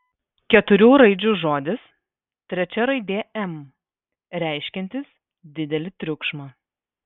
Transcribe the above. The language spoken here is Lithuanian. keturių raidžių žodis trečia raidė m reiškiantis didelį triukšmą